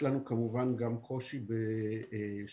יש לנו כמובן גם קושי בשילוב